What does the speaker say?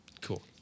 Cool